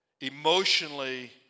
emotionally